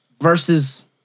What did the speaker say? versus